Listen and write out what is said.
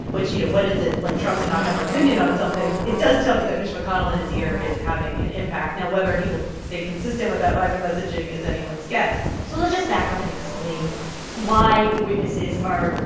which, you know, when is it like trump to not have an opinion on something? it does tell me that mitch mcconnell in his ear is having an impact. now, whether he will stay consistent with that line of messaging is anyone's guess so let's just back up and explain why witnesses are,